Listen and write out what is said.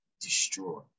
destroy